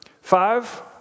five